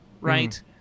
right